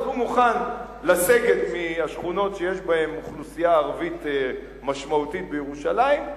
אז הוא מוכן לסגת מהשכונות שיש בהן אוכלוסייה ערבית משמעותית בירושלים.